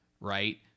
right